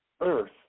earth